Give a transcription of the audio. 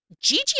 Gigi